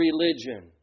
religion